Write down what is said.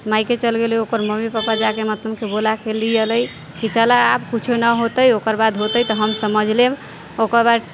माइके चलि गइली ओकर मम्मी पापा जाके मतलब कि बोलाके ले अएलै कि चलऽ आब किछु नहि होतै ओकरबाद होतै तऽ हम समझि लेब ओकरबाद